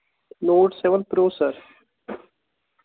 note seven pro sir